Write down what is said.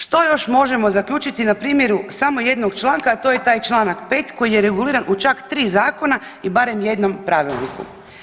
Što još možemo zaključiti na primjeru samo jedno članka, a to je taj Članak 5. koji je reguliran u čak 3 zakona i barem i jednom pravilniku.